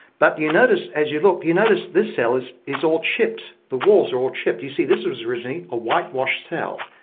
but you notice as you look, you notice this cell is is all chipped. the walls are all chipped. you see this was originally a whitewashed cell.